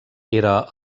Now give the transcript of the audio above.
era